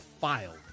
filed